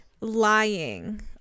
lying